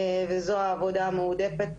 וזו העבודה המועדפת,